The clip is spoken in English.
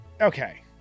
okay